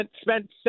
spent